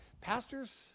pastors